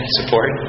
support